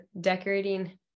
decorating